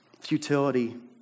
futility